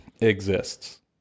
exists